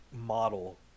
model